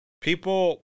people